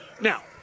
Now